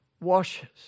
washes